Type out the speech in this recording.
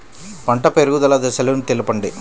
పంట పెరుగుదల దశలను తెలపండి?